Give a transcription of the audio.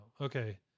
Okay